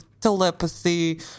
telepathy